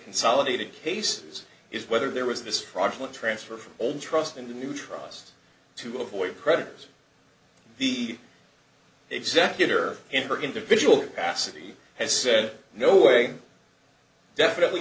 consolidated cases is whether there was this fraudulent transfer from old trust in the new trust to avoid predators the executor in her individual capacity has said no way definitely